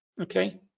okay